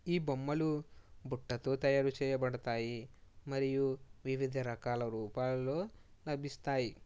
ఈ బొమ్మలు బుట్టతో తయారు చేయబడతాయి మరియు వివిధ రకాల రూపాలలో లభిస్తాయి